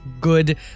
good